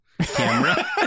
camera